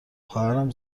خواهرم